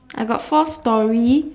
I got four story